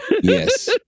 Yes